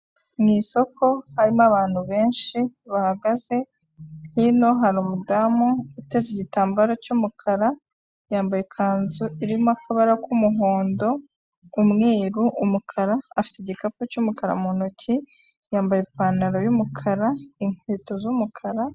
Mu isoko harimo abantu benshi bahagaze hino hari umudamu uteze igitambaro cy'umukara yambaye ikanzu irimo akabara k'umuhondo, umweru, umukara afite igikapu cy'umukara mu ntoki yambaye ipantaro y'umukara inkweto z'umukara,....